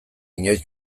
inoiz